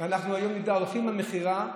אנחנו היום מתערבים במכירה,